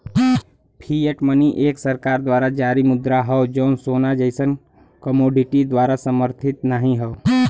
fiat money एक सरकार द्वारा जारी मुद्रा हौ जौन सोना जइसन कमोडिटी द्वारा समर्थित नाहीं हौ